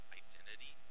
identity